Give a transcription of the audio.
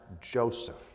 Joseph